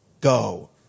go